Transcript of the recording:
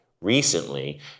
recently